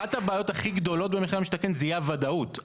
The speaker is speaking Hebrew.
אחת הבעיות הכי גדולות במחיר למשתכן זה אי הוודאות.